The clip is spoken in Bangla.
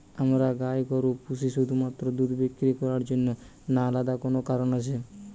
আমরা গাই গরু পুষি শুধুমাত্র দুধ বিক্রি করার জন্য না আলাদা কোনো কারণ আছে?